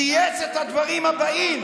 הוא צייץ את הדברים הבאים,